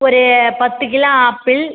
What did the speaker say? ஒரு பத்து kilo apple